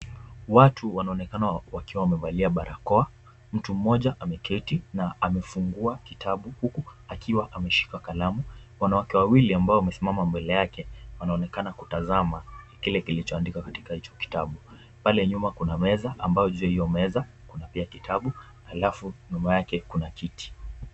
Watu wanaonekana wakiwa wamevalia barakoa, mtu mmoja ameketi na amefungua kitabu huku akiwa ameshika kalamu. Wanawake wawili ambao wamesimama mbele yake, wanaonekana kutazama kile kilichoandikwa kwenye kile kitabu. Pale kando kuna meza ambapo juu ya hiyo meza kuna kitabu, alafu nyuma yake kuna kiti.